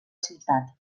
ciutat